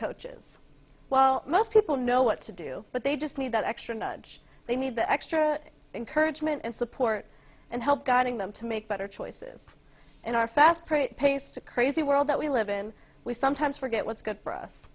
coaches well most people know what to do but they just need that extra nudge they need the extra encouragement and support and help guiding them to make better choices in our fast paced a crazy world that we live in we sometimes forget what's good for us